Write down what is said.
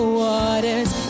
waters